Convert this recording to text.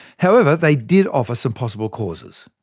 however, they did offer some possible causes.